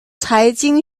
财经